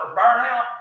burnout